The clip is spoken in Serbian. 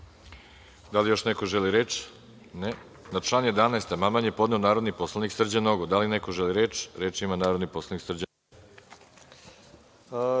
Da li još neko želi reč? (Ne.)Na član 11. amandman je podneo narodni poslanik Srđan Nogo. Da li neko želi reč? Reč ima narodni poslanik Srđan